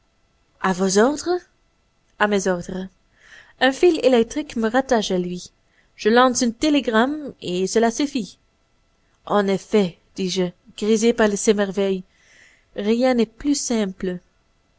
a vos ordres a mes ordres un fil électrique me rattache à lui je lance un télégramme et cela suffit en effet dis-je grisé par ces merveilles rien n'est plus simple